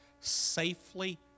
safely